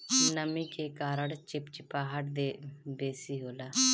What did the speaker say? नमी के कारण चिपचिपाहट बेसी होला